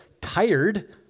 tired